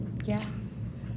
ya